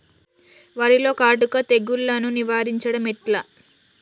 వరిలో కాటుక తెగుళ్లను నివారించడం ఎట్లా?